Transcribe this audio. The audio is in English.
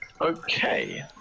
okay